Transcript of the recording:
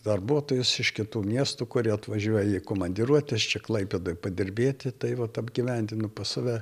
darbuotojus iš kitų miestų kurie atvažiuoja į komandiruotes čia klaipėdoj padirbėti tai vat apgyvendinu pas save